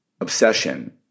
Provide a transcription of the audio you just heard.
obsession